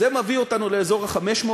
וזה מביא אותנו לאזור ה-500,